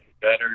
better